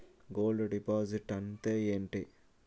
Gold deposit అంతే ఎంటి?